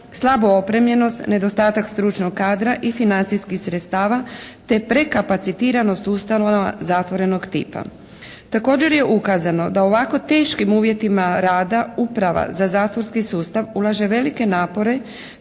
slabu opremljenost, nedostatak stručnog kadra i financijskih sredstava te prekapacitiranost ustanova zatvorenog tipa. Također je ukazano da u ovako teškim uvjetima rada uprava za zatvorski sustav ulaže velike napore